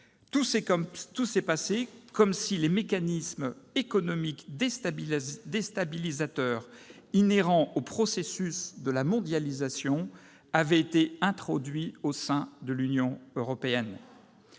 Tout s'est passé comme si les mécanismes économiques déstabilisateurs inhérents au processus de la mondialisation avaient été introduits au sein de l'Union européenne.